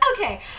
okay